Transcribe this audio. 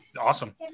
awesome